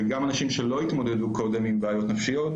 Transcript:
וגם אנשים שלא התמודדו קודם עם בעיות נפשיות,